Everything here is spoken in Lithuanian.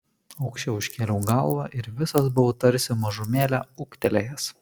aukščiau iškėliau galvą ir visas buvau tarsi mažumėlę ūgtelėjęs